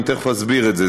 ותכף אסביר את זה,